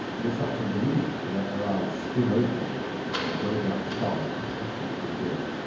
but it's up to the reader to let their eyes skim over them or break out a shovel and dig in.